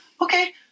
Okay